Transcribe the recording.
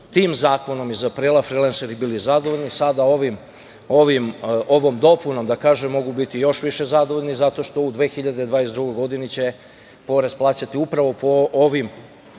tim zakonom iz aprila frilenseri bili zadovoljni. Sada ovom dopunom mogu biti još više zadovoljni zato što u 2022. godini će porez plaćati upravo po ovome